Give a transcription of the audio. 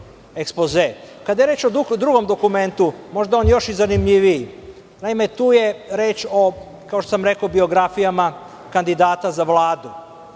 je reč o drugom dokumentu, možda je on još i zanimljiviji. Naime, tu je reč o, kao što sam rekao, biografijama kandidata za Vladu.